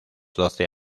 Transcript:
doce